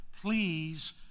Please